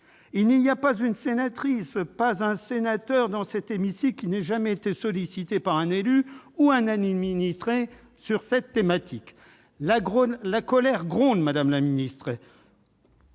Il n'y a pas une sénatrice ou un sénateur dans cet hémicycle qui n'ait été sollicité par un élu ou un administré sur cette thématique. La colère gronde, madame la ministre.